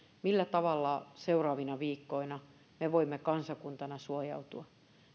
millä tavalla seuraavina viikkoina me voimme kansakuntana suojautua